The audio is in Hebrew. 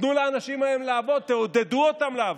תנו לאנשים לעבוד, תעודדו אותם לעבוד.